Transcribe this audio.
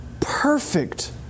perfect